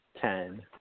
ten